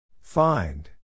Find